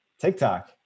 TikTok